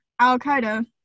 Al-Qaeda